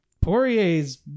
Poirier's